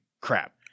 crap